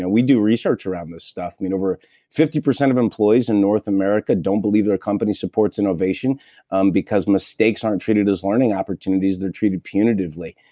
ah we do research around this stuff. over fifty percent of employees in north america don't believe their company supports innovation um because mistakes aren't treated as learning opportunities. they're treated punitively.